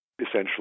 essentially